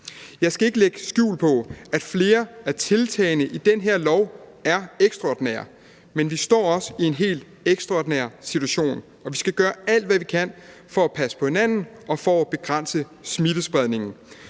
Jeg skal ikke lægge skjul på, at flere af tiltagene i det her lovforslag er ekstraordinære, men vi står også i en helt ekstraordinær situation, og vi skal gøre alt, hvad vi kan, for at passe på hinanden og for at begrænse smittespredningen.